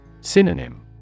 Synonym